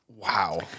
Wow